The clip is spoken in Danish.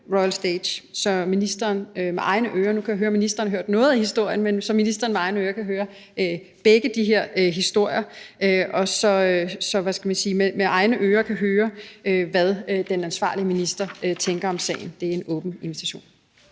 Royal Stage, så ministeren – også selv om jeg kan høre, at ministeren har hørt noget af historien – med egne ører kan høre begge de her historier og Royal Stage kan høre, hvad den ansvarlige minister tænker om sagen. Det er en åben invitation.